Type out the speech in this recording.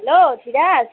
hello Dhiraj